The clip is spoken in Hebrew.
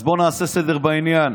אז בואו נעשה סדר בעניין.